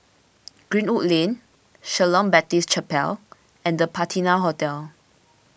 Greenwood Lane Shalom Baptist Chapel and the Patina Hotel